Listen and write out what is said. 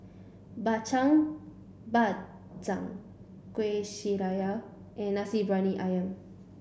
Bak Chang Bak Kueh Syara and Nasi Briyani Ayam